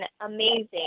amazing